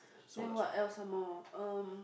now what else some more um